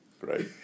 right